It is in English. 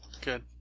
Good